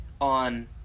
on